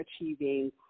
achieving